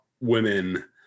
women